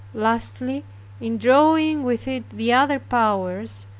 lastly in drawing with it the other powers,